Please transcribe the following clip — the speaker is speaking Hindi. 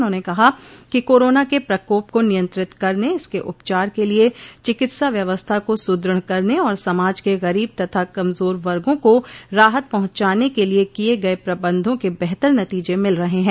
उन्होंने कहा कि कोरोना के प्रकोप को नियंत्रित करने इसके उपचार के लिये चिकित्सा व्यवस्था को सुदृढ़ करने और समाज के गरीब तथा कमजोर वर्गो को राहत पहुंचाने के लिये किये गये प्रबंधों के बेहतर नतीजे मिल रहे हैं